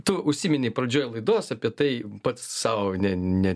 tu užsiminei pradžioj laidos apie tai pats sau ne ne